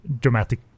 dramatic